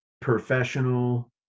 professional